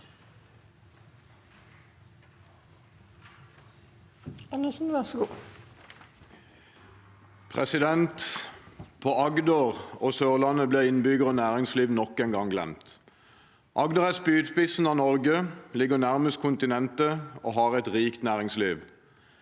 På Ag- der og Sørlandet ble innbyggere og næringsliv nok en gang glemt. Agder er spydspissen av Norge, ligger nærmest kontinentet og har et rikt næringsliv.